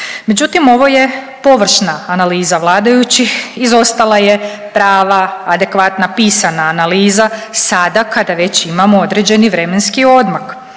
Međutim ovo je površna analiza vladajućih, izostala je prava adekvatna pisana analiza sada kada već imamo određeni vremenski odmak.